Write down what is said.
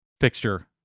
fixture